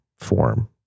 form